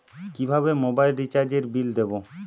কিভাবে মোবাইল রিচার্যএর বিল দেবো?